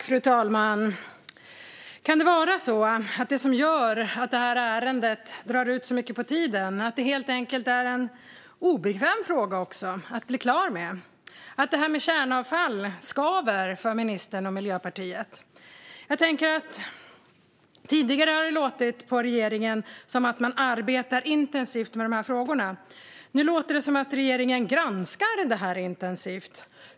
Fru talman! Kan det vara så att det som gör att detta ärende drar ut så mycket på tiden är att det helt enkelt också är en obekväm fråga att bli klar med, att det här med kärnavfall skaver för ministern och Miljöpartiet? Tidigare har det låtit på regeringen som att man arbetar intensivt med dessa frågor. Nu låter det som att regeringen granskar detta intensivt.